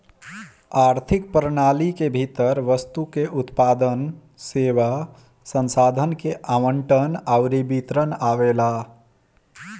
आर्थिक प्रणाली के भीतर वस्तु के उत्पादन, सेवा, संसाधन के आवंटन अउरी वितरण आवेला